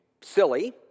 silly